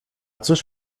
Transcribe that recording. cóż